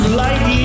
light